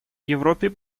европе